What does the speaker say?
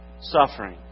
suffering